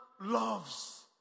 loves